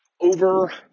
over